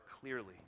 clearly